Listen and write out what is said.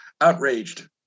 outraged